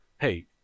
Hey